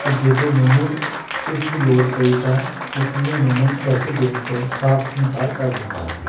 ਅਤੇ ਜਦੋਂ ਮੈਨੂੰ ਉਸਦੀ ਲੋੜ ਪਈ ਤਾਂ ਉਸਨੇ ਮੈਨੂੰ ਪੈਸੇ ਦੇਣ ਤੋਂ ਸਾਫ਼ ਇਨਕਾਰ ਕਰ ਦਿੱਤਾ ਸੀ